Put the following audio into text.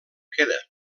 queda